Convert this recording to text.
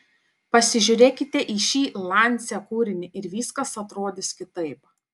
pasižiūrėkite į šį lancia kūrinį ir viskas atrodys kitaip